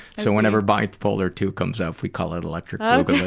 so whenever bipolar two comes up, we call it electric ah